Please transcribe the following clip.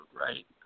right